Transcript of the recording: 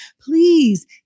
Please